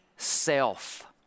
Self